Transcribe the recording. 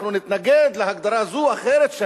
אנחנו נתנגד להגדרה זו או אחרת,